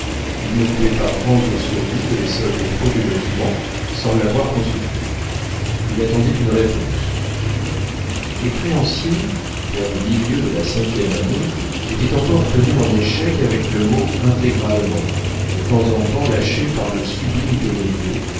il ne pouvait pas prendre sur lui de les solder frauduleusement sans l'avoir consulté il attendait une réponse les créanciers vers le milieu de la cinquième année étaient encore tenus en échec avec le mot intégralement de temps en temps lâché par le sublime tonnelier